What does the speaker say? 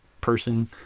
person